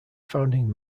founding